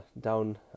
down